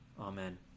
Amen